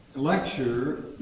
lecture